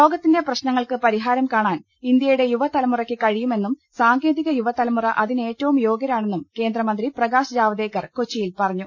ലോകത്തിന്റെ പ്രശ്നങ്ങൾക്ക് പരിഹാരം കാണാൻ ഇന്ത്യയുടെ യുവതലമുറയ്ക്ക് കഴിയുമെന്നും സാങ്കേതിക യുവതലമുറ അതി നേറ്റവും യോഗ്യരാണെന്നും കേന്ദ്ര മന്ത്രി പ്രകാശ് ജാവ്ദേക്കർ കൊച്ചിയിൽ പറഞ്ഞു